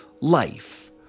life